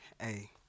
Hey